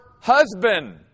husband